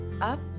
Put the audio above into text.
up